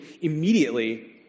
immediately